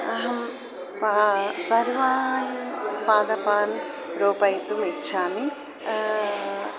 अहं सर्वान् पादपान् रूपयितुं इच्छामि